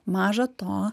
maža to